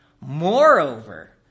Moreover